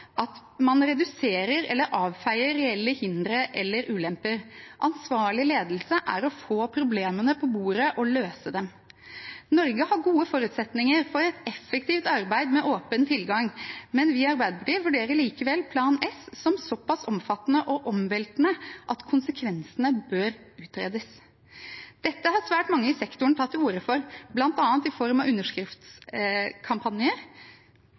at man reduserer eller avfeier reelle hindre eller ulemper. Ansvarlig ledelse er å få problemene på bordet og løse dem Norge har gode forutsetninger for et effektivt arbeid med åpen tilgang, men vi i Arbeiderpartiet vurderer likevel Plan S som såpass omfattende og omveltende at konsekvensene bør utredes. Dette har svært mange i sektoren tatt til orde for, bl.a. i form av